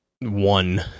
one